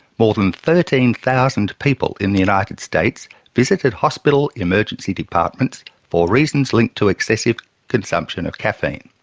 more than thirteen thousand people in the united states visited hospital emergency departments for reasons linked to excessive consumption of caffeine.